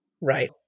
Right